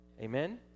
Amen